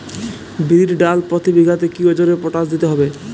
বিরির ডাল চাষ প্রতি বিঘাতে কি ওজনে পটাশ দিতে হবে?